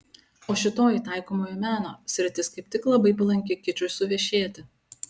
o šitoji taikomojo meno sritis kaip tik labai palanki kičui suvešėti